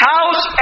House